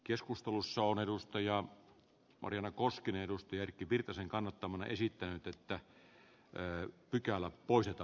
keskustelussa on edustaja marianne koskinen edusti erkki virtasen kannattamana esittänyt että tämä pykälä puisista